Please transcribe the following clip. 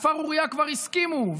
כפר אוריה כבר הסכימו,